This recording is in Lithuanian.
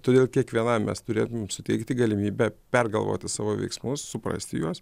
todėl kiekvienam mes turėtumėm suteikti galimybę pergalvoti savo veiksmus suprasti juos